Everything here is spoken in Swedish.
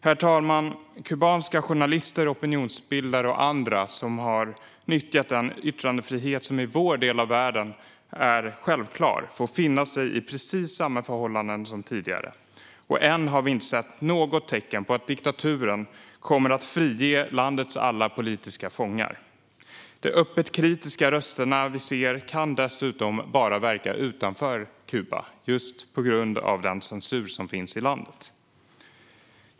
Herr talman! Kubanska journalister, oppositionsbildare och andra som har nyttjat den yttrandefrihet som i vår del av världen är självklar får finna sig i precis samma förhållanden som tidigare. Och ännu har vi inte sett något tecken på att diktaturen kommer att frige landets alla politiska fångar. De öppet kritiska rösterna kan dessutom bara verka utanför Kuba, just på grund av den censur som råder i landet.